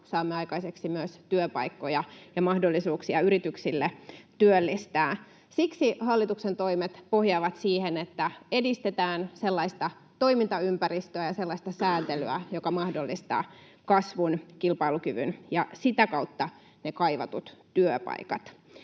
saamme aikaiseksi myös työpaikkoja ja mahdollisuuksia yrityksille työllistää. Siksi hallituksen toimet pohjaavat siihen, että edistetään sellaista toimintaympäristöä ja sellaista sääntelyä, jotka mahdollistavat kasvun, kilpailukyvyn ja sitä kautta ne kaivatut työpaikat.